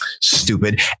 stupid